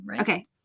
Okay